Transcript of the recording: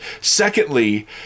Secondly